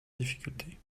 difficultés